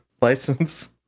license